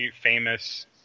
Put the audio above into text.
famous